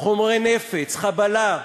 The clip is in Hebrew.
חומרי נפץ, חבלה.